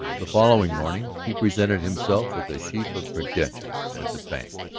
the following morning he presented himself with a sheaf of credentials at the bank,